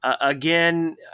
Again